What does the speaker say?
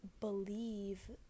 believe